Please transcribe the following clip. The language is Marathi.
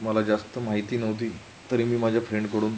मला जास्त माहिती नव्हती तरी मी माझ्या फ्रेंडकडून